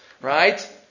Right